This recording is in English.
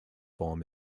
form